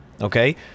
okay